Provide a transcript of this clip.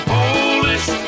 Polish